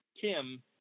Kim